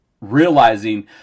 realizing